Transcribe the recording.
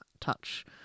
touch